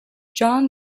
john